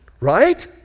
right